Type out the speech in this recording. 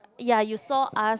ya you saw us